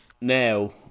now